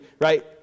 right